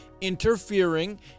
interfering